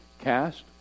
Cast